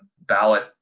ballot